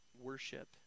worship